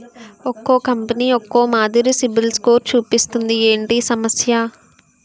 ఒక్కో కంపెనీ ఒక్కో మాదిరి సిబిల్ స్కోర్ చూపిస్తుంది ఏంటి ఈ సమస్య?